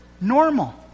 normal